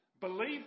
Believe